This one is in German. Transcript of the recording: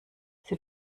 sie